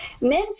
Men